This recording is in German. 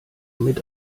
mit